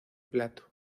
plato